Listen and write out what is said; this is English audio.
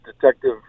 Detective